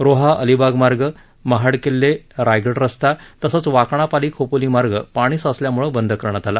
रोहा अलिबाग मार्ग महाड किल्ले रायगड रस्ता तसंच वाकणा पाली खोपोली मार्ग पाणी साचल्यामुळे बंद करण्यात आला